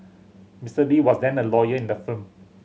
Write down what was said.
Mister Lee was then a lawyer in the firm